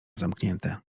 zamknięte